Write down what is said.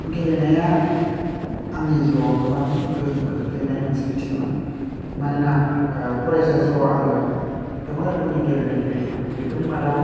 गेलेनाया आंनि जिउआव गोबां गोहोम खोख्लैनाय मोनसे बिथिंमोन मानोना फरायसा जिउआव आङो गोबां रोखोमनि गेलेनाय गेलेदोंमोन बेफोरनि मादाव